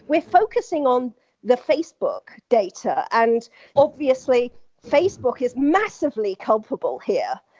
we're focusing on the facebook data, and obviously facebook is massively culpable here,